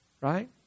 Right